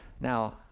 now